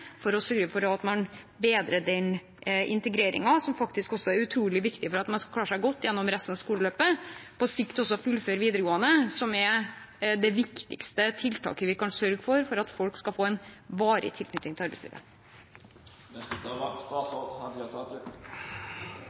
for å sørge for at man bedrer den integreringen, som er utrolig viktig for at man skal klare seg godt gjennom resten av skoleløpet og på sikt også fullføre videregående, som er det viktigste tiltaket for å sørge for at folk får en varig tilknytning til arbeidslivet.